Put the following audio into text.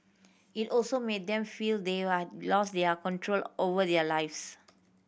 it also made them feel they are lost their control over their lives